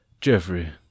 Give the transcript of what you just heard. Jeffrey